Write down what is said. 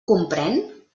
comprèn